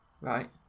Right